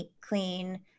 clean